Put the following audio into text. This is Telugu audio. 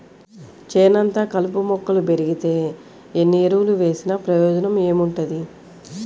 చేనంతా కలుపు మొక్కలు బెరిగితే ఎన్ని ఎరువులు వేసినా ప్రయోజనం ఏముంటది